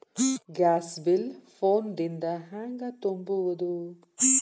Gas bill phone ದಿಂದ ಹ್ಯಾಂಗ ತುಂಬುವುದು?